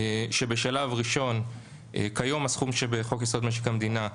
בשלב ראשון כיום, הסכום שבחוק-יסוד משק המדינה.